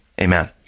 Amen